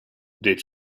deed